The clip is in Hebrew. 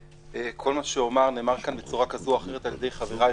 כל מה שאומר נאמר כאן בצורה כזאת או אחרת על ידי חבריי,